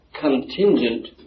contingent